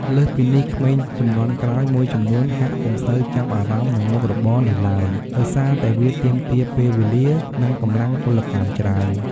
លើសពីនេះ ក្មេងជំនាន់ក្រោយមួយចំនួនហាក់ពុំសូវចាប់អារម្មណ៍នឹងមុខរបរនេះឡើយ ដោយសារតែវាទាមទារពេលវេលា និងកម្លាំងពលកម្មច្រើន។